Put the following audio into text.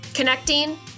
connecting